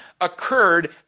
occurred